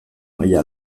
maila